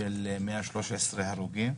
של 113 הרוגים.